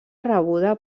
rebuda